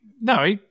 No